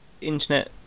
internet